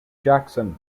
jackson